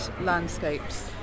landscapes